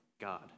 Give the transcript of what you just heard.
God